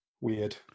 weird